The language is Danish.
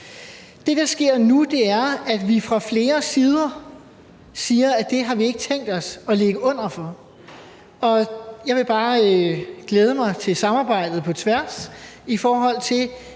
Det, der sker nu, er, at vi fra flere sider siger, at det har vi ikke tænkt os at ligge under for. Jeg vil bare glæde mig til samarbejdet på tværs om, at